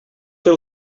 fer